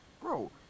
Bro